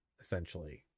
essentially